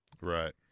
Right